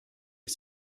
est